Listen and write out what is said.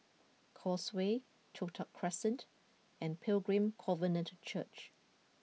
Causeway Toh Tuck Crescent and Pilgrim Covenant Church